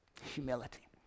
Humility